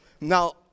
Now